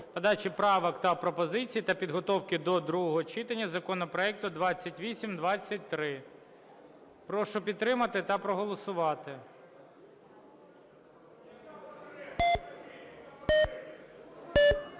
подачі правок та пропозицій та підготовки до другого читання законопроекту 2823. Прошу підтримати та проголосувати.